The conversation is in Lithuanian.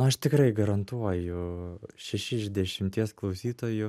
na aš tikrai garantuoju šeši iš dešimties klausytojų